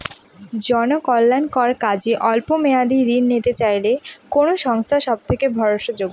জনকল্যাণকর কাজে অল্প মেয়াদী ঋণ নিতে চাইলে কোন সংস্থা সবথেকে ভরসাযোগ্য?